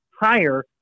higher